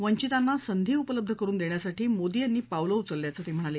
वंचितांना संधी उपलब्ध करुन देण्यासाठी मोदी यांनी पावलं उचललल्याचं ते म्हणाले